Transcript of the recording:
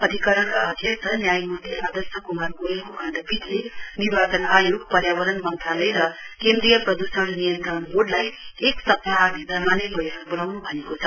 अधिकरणका अध्यक्ष न्यायमूर्ति आदर्श क्मार गोयलको खण्डपीठले निर्वाचन आयोग पर्यावरण मन्त्रालय र केन्द्रीय प्रद्रषण नियन्त्रण बोर्डलाई एक सप्ताह भित्रमा नै बैठक बोलाउन् भन्न् भएको छ